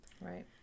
Right